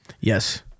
yes